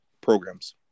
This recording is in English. programs